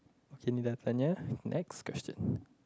okay ni dah tanya next question